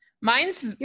mine's